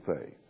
faith